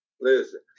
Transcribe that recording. Listen